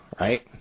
right